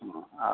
ಹ್ಞೂ ಹಾಂ